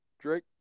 Drake